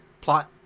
plot